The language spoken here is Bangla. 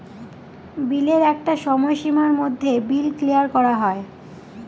বিলের একটা সময় সীমার মধ্যে বিল ক্লিয়ার করা হয়